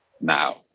now